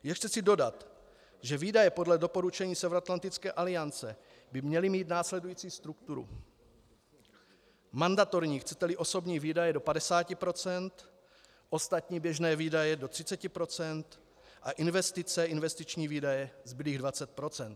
Ještě chci dodat, že výdaje podle doporučení Severoatlantické aliance by měly mít následující strukturu: mandatorní, chceteli osobní, výdaje do 50 %, ostatní běžné výdaje do 30 % a investice, investiční výdaje, zbylých 20 %.